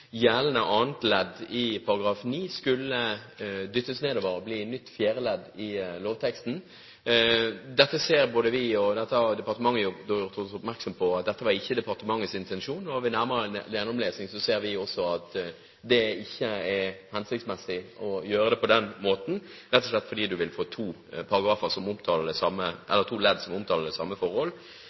gjeldende annet ledd i § 9 skulle «dyttes» nedover og bli nytt fjerde ledd i lovteksten. Departementet har gjort oss oppmerksom på at dette ikke var departementets intensjon. Ved nærmere gjennomlesing ser også vi at det ikke er hensiktsmessig å gjøre det på den måten, rett og slett fordi en vil få to ledd som omtaler det samme forhold.